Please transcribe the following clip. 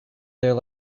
there